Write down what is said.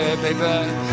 baby